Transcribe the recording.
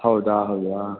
ಹೌದಾ ಹೌದಾ